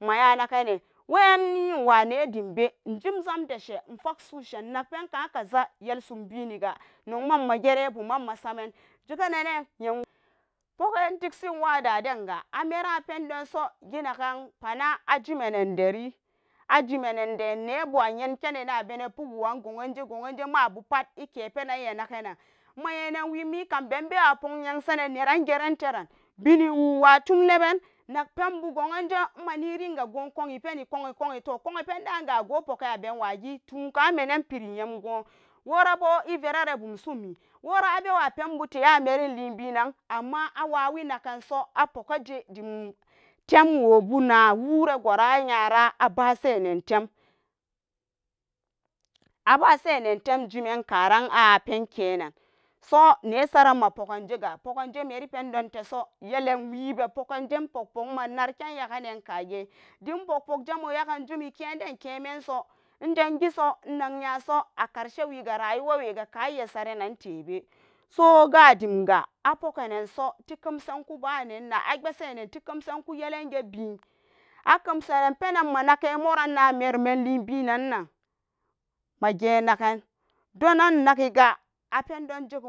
Manyanagane wai yani uwane tebe nokjimzam deshe inkakpen ka kaza biniza numba ma gerum bumcan masame ameranpen don so pana ajemenen deri nebu ayenkenen abene puk woran guje mabupat, kepenan isu naganan emma nyenan we me kambe mapuk nyem sa ne neran gare bum dom beni wo watum leban nak pen bu guje emmeni ran ga gun kayi pen ago pukan aben wage ton gamanan meri yam gubu worabu ivera bun noni wora aba wa penbute meren lebenan amma awayinagasu badempat wo bu na worugo ka iyaru abashi tem abashene tem simankaran a pen kenan so ne saran nan pukgan so ga pukanji miri pendo nante so yelen we be pukanje nmanarkan gaganan kag dem we puk puk we bon don soga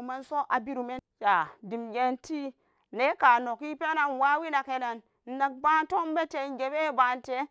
mama we keda den kemanso wekum we wawiri sosai toh degen te ne kanoki awa wi naganan batum be te nok gen bante.